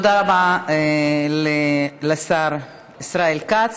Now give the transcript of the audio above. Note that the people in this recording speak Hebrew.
תודה רבה לשר ישראל כץ.